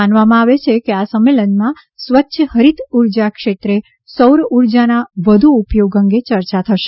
માનવમાં આવે છે કે આ સંમેલનમાં સ્વચ્છ હરિત ઉર્જા ક્ષેત્રે સૌર ઉર્જાના વધુ ઉપયોગ અંગે ચર્ચા થશે